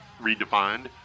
redefined